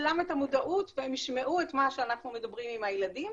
המודעות והם ישמעו את מה שאנחנו מדברים עם הילדים.